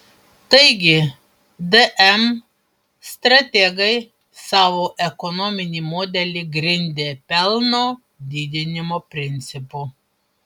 taigi dm strategai savo ekonominį modelį grindė pelno didinimo principu